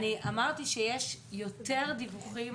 אני אמרתי שיש יותר דיווחים